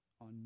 on